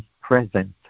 present